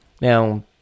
Now